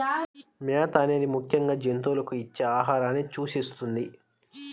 మేత అనేది ముఖ్యంగా జంతువులకు ఇచ్చే ఆహారాన్ని సూచిస్తుంది